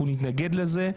אנחנו נתנגד לזה.